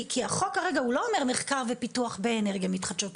כי החוק כרגע לא אומר מחקר ופיתוח באנרגיות מתחדשות,